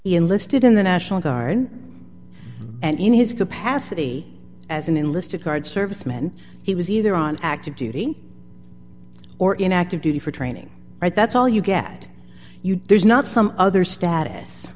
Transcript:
enlisted in the national guard and in his capacity as an enlisted guard servicemen he was either on active duty or in active duty for training right that's all you get you there's not some other status